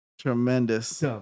tremendous